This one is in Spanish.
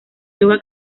yoga